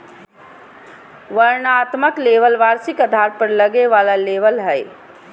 वर्णनात्मक लेबल वार्षिक आधार पर लगे वाला लेबल हइ